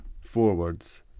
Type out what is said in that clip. forwards